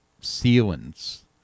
ceilings